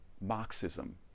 Marxism